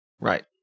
Right